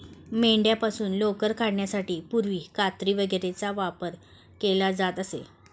मेंढ्यांपासून लोकर काढण्यासाठी पूर्वी कात्री वगैरेचा वापर केला जात असे